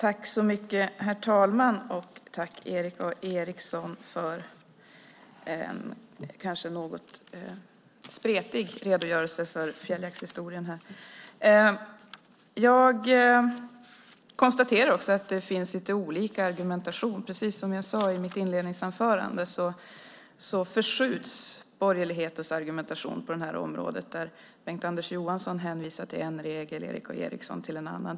Herr talman! Tack, Erik A Eriksson, för en kanske något spretig redogörelse för fjälljaktshistorien! Jag konstaterar att det finns lite olika argumentation. Precis som jag sade i mitt inledningsanförande förskjuts borgerlighetens argumentation på det här området, där Bengt-Anders Johansson hänvisar till en regel och Erik A Eriksson till en annan.